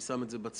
אני שם את זה בצד,